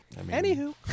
anywho